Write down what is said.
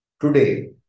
today